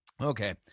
Okay